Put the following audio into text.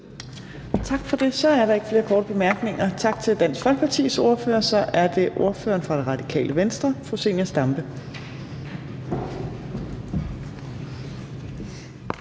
Tak for det. Så er der ikke flere korte bemærkninger. Tak til Dansk Folkepartis ordfører. Så er det ordføreren for Radikale Venstre, fru Zenia Stampe.